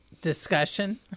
discussion